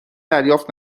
دریافت